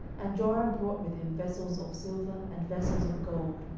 and joram brought with him vessels of silver, and vessels of gold,